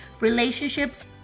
relationships